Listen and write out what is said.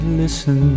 listen